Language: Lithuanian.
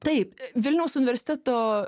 taip vilniaus universiteto